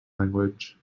language